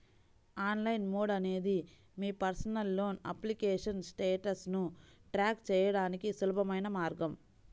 online mode అనేది మీ personal loan application స్టేటస్ను ట్రాక్ చేయడానికి సులభమైన మార్గం